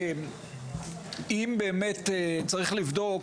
אם באמת צריך לבדוק,